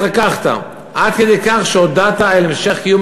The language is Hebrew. התרככת עד כדי כך שהודעת על המשך קיום